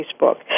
Facebook